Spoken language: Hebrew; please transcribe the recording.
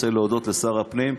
רוצה להודות לשר הפנים,